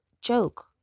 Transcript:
joke